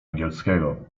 angielskiego